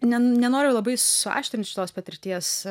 ne nenoriu labai suaštrint šitos patirties